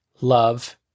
love